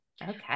Okay